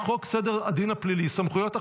חוק סדר הדין הפלילי (סמכויות אכיפה,